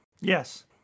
Yes